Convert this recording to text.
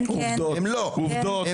עובדות.